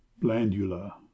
blandula